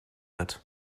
wird